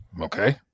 Okay